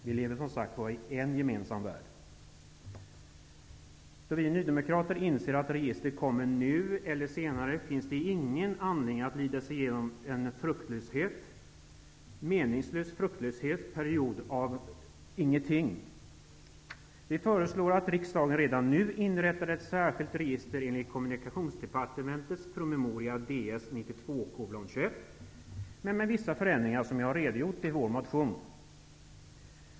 Vi lever som sagt i en gemensam värld. Eftersom vi nydemokrater inser att registret kommer nu eller senare finns det ingen anledning att lida sig igenom en meningslös, fruktlös period av ingenting. Vi föreslår att riksdagen redan nu inrättar ett särskilt register enligt 1992:21 med de förändringar som vi redogjort för i vår motion.